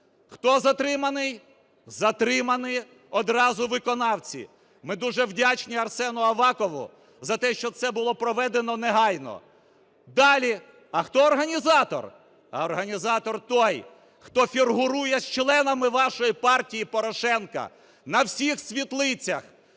Хто затриманий? Затримані одразу виконавці. Ми дуже вдячні Арсену Авакову за те, що це було проведено негайно. Далі. А хто організатор? А організатор той, хто фігурує з членами вашої партії Порошенка на всіх світлицях.